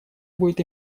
будет